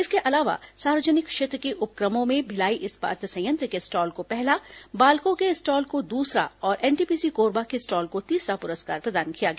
इसके अलावा सार्वजनिक क्षेत्र के उप क्र मों में भिलाई इस्पात संयंत्र के स्टॉल को पहला बालको के स्टॉल को दूसरा और एनटीपीसी कोरबा के स्टॉल को तीसरा पुरस्कार प्रदान किया गया